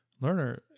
learner